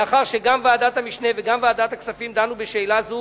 לאחר שגם ועדת המשנה וגם ועדת הכספים דנו בשאלה זו,